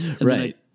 right